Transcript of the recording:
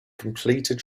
completed